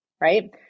right